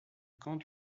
camp